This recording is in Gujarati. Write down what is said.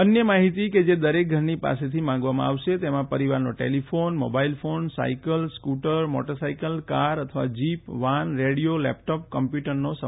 અન્ય માહિતી કે જે દરેક ઘરની પાસેથી માંગવામાં આવશે તેમાં પરિવારનો telephone mobile phone cycle scooter motor cycle car અથવા જીપ વાન રેડિયો લેપટોપ કોમ્પ્યુટરનો સમાવેશ થાય છે